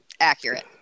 Accurate